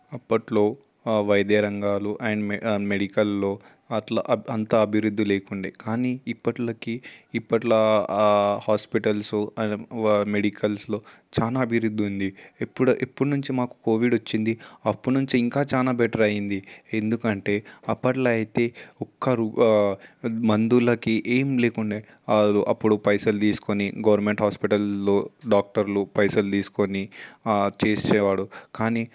అప్పట్లో ఆ వైద్య రంగాలు అండ్ మెడికల్లో అట్లా అంతా అభివృద్ధి లేకుండే కానీ ఇప్పట్లో ఇప్పట్లో హాస్పిటల్స్ అండ్ మెడికల్స్లో చాలా అభివృద్ధి ఉంది ఎప్పుడు ఎప్పుడు నుంచి మాకు కోవిడ్ వచ్చింది అప్పుడు నుంచి ఇంకా చాలా బెటర్ అయింది ఎందుకంటే అప్పట్లో అయితే ఒక్క మందులకి ఏం లేకుండేది అప్పుడు పైసలు తీసుకొని గవర్నమెంట్ హాస్పిటల్లో డాక్టర్లు పైసలు తీసుకొని చేసేవాడు కానీ